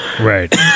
Right